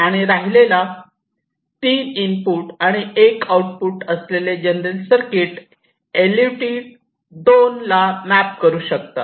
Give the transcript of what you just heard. आणि राहिलेला तीन इनपुट आणि एक आऊटपुट असलेले general circuit L U T 2 ला मॅप करू शकतात